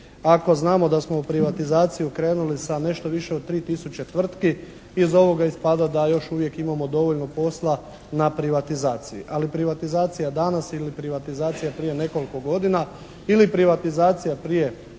Ako znamo da smo u privatizaciju krenuli sa nešto više od 3000 tvrtki iz ovoga ispada da još uvijek imamo dovoljno posla na privatizaciji. Ali privatizacija danas ili privatizacija prije nekoliko godina ili privatizacija prije